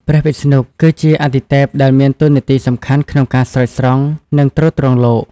ព្រះវិស្ណុ គឺជាអាទិទេពដែលមានតួនាទីសំខាន់ក្នុងការស្រោចស្រង់ និងទ្រទ្រង់លោក។